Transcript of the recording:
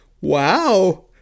Wow